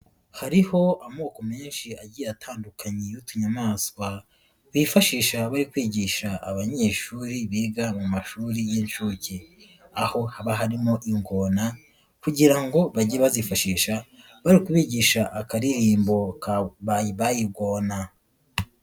hariho amoko menshi agiye atandukanye y'utunyamaswa, bifashisha bari kwigisha abanyeshuri biga mu mashuri y'inshuke. Aho haba harimo ingona kugira ngo bajye bazifashisha bari kubigisha akaririmbo ka bayi bayi gona.